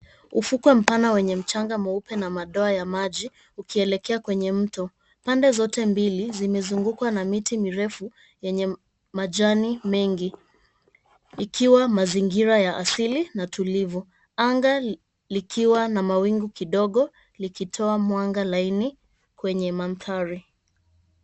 Ufukwe mpana wenye mchanga meupe na madoa ya maji ukielekea kwenye mto. Pande zote mbili zimezungukwa na miti mirefu yenye majani mengi ikiwa mazingira ya asili na tulivu, anga likiwa na mawingu kidogo likitoa mwanga laini kwenye mandhari.